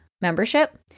membership